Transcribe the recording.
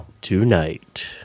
tonight